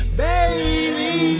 baby